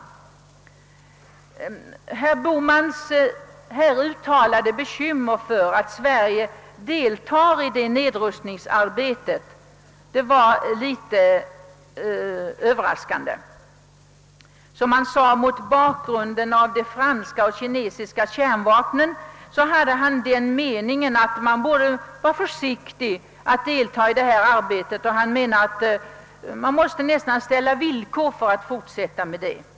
Herr Bohmans uttalande om de bekymmer han hyser för att Sverige deltar i nedrustningsarbetet var litet överraskande. Mot bakgrunden av att Frankrike och Kina innehar kärnvapen borde man, menade herr Bohman, vara försiktig när det gäller deltagandet i detta arbete; han tycktes nästan mena att man måste ställa villkor för att fortsätta med det arbetet.